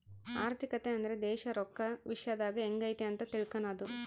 ಆರ್ಥಿಕತೆ ಅಂದ್ರೆ ದೇಶ ರೊಕ್ಕದ ವಿಶ್ಯದಾಗ ಎಂಗೈತೆ ಅಂತ ತಿಳ್ಕನದು